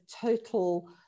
total